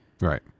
Right